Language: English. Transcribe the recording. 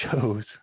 shows